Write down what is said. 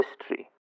history